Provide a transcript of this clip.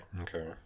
Okay